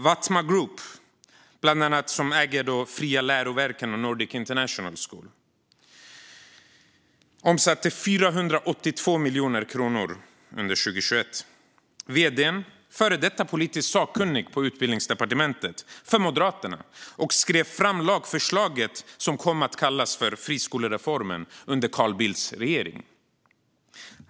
Watma Group AB, som äger bland annat Fria Läroverken i Sverige AB och Nordic International School AB, omsatte 482 miljoner kronor under 2021. Vd:n är före detta politiskt sakkunnig på Utbildningsdepartementet för Moderaterna och skrev fram lagförslaget som kom att kallas för friskolereformen under Carl Bildts regering.